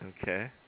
Okay